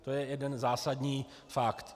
To je jeden zásadní fakt.